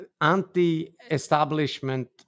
anti-establishment